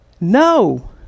No